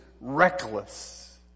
reckless